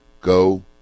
Go